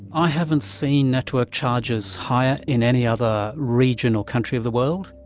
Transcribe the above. i haven't seen network charges higher in any other region or country of the world.